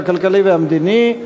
הכלכלי והמדיני,